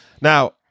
Now